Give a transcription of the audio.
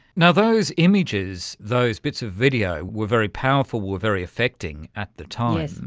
and those images, those bits of video were very powerful, were very effecting at the time.